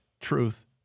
truth